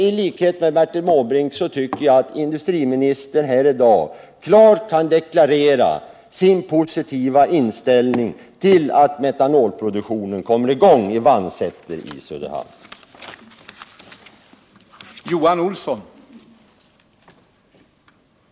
I likhet med Bertil Måbrink tycker jag att industriministern här i dag klart skall deklarera sin positiva inställning till att metanolproduktionen i Vannsäter i Söderhamn kommer i gång.